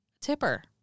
tipper